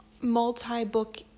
multi-book